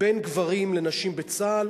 בין גברים לנשים בצה"ל,